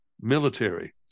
military